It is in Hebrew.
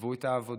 עזבו את העבודה,